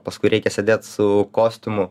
paskui reikia sėdėt su kostiumu